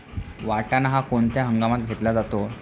वाटाणा हा कोणत्या हंगामात घेतला जातो?